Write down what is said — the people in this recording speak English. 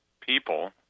people